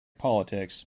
politics